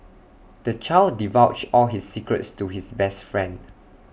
the child divulged all his secrets to his best friend